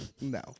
No